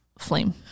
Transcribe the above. flame